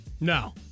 No